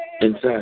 Inside